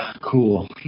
Cool